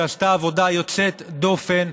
שעשתה עבודה יוצאת דופן,